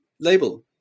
label